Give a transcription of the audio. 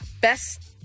Best